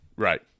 Right